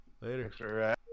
Later